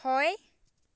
হয়